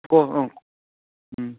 ক অঁ